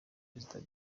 président